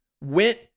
went